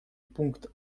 пункт